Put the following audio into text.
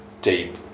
deep